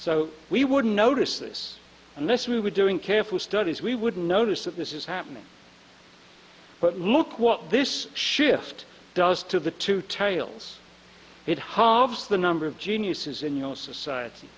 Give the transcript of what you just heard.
so we wouldn't notice this unless we were doing careful studies we would notice that this is happening but look what this shift does to the two tails it hard as the number of geniuses in your society